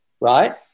right